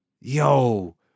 Yo